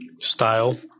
style